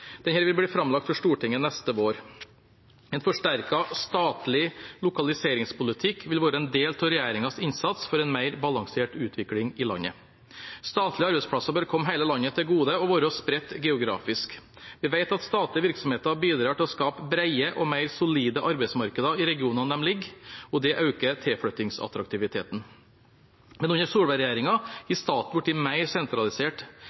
neste vår. En forsterket statlig lokaliseringspolitikk vil være en del av regjeringens innsats for en mer balansert utvikling i landet. Statlige arbeidsplasser bør komme hele landet til gode og være spredt geografisk. Vi vet at statlige virksomheter bidrar til å skape brede og mer solide arbeidsmarkeder i regionene de ligger i, og det øker tilflyttingsattraktiviteten. Under Solberg-regjeringen har staten blitt mer sentralisert.